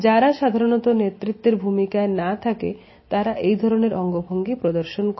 যারা সাধারণত নেতৃত্বের ভূমিকায় না থাকে তারা এই ধরণের অঙ্গভঙ্গি প্রদর্শন করে